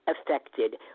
affected